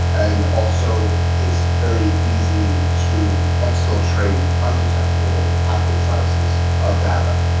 and also it's very easy to exfiltrate undetectable packet sizes of data.